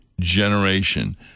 generation